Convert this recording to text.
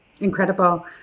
Incredible